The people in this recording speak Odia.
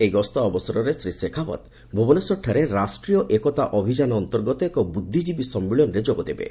ଏହି ଗସ୍ତ ଅବସରରେ ଶ୍ରୀ ଶେଖାଓ୍ୱତ୍ ଭୁବନେଶ୍ୱରଠାରେ ରାଷ୍ଟ୍ରୀୟ ଏକତା ଅଭିଯାନ ଅନ୍ତର୍ଗତ ଏକ ବୃଦ୍ଧିଜୀବୀ ସମ୍ମିଳନୀରେ ଯୋଗ ଦେବେ